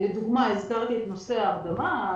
לדוגמה, הזכרתי את נושא ההרדמה,